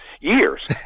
years